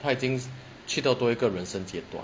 她已经去到多一个人生阶段